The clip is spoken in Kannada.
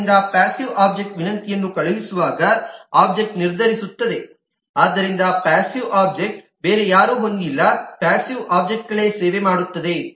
ಆದ್ದರಿಂದ ಪಾಸ್ಸಿವ್ ಒಬ್ಜೆಕ್ಟ್ಗೆ ವಿನಂತಿಯನ್ನು ಕಳುಹಿಸುವಾಗ ಒಬ್ಜೆಕ್ಟ್ ನಿರ್ಧರಿಸುತ್ತದೆ ಆದ್ದರಿಂದ ಪಾಸ್ಸಿವ್ ಒಬ್ಜೆಕ್ಟ್ ಬೇರೆ ಯಾರೂ ಹೊಂದಿಲ್ಲ ಪಾಸ್ಸಿವ್ ಒಬ್ಜೆಕ್ಟ್ಗಳೆ ಸೇವೆ ಮಾಡುತ್ತದೆ